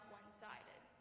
one-sided